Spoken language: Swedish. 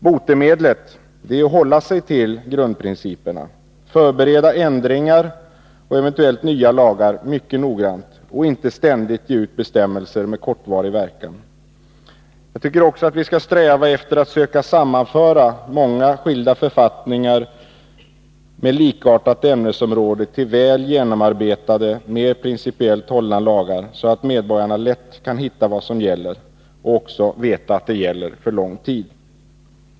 Botemedlet är att hålla sig till grundprinciperna: förbereda lagändringar och nya lagar noggrant och inte ständigt ge ut bestämmelser med kortvarig verkan. Jag tycker också att vi skall sträva efter att söka sammanföra många enskilda författningar med likartat ämnesområde till väl genomarbetade, mer principiellt hållna lagar, så att medborgarna lätt kan hitta vad som gäller och också veta att det gäller för lång tid.